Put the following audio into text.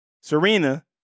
Serena